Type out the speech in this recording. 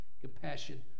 compassion